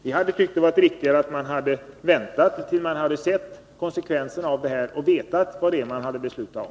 Vi tycker att det hade varit riktigare att vänta tills man hade sett konsekvenserna av propositionens förslag och vetat vad man hade att besluta om.